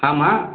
হ্যাঁ মা